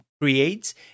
creates